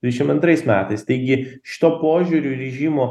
dvidešim antrais metais taigi šituo požiūriu režimo